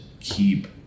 keep